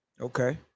okay